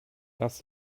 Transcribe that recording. dass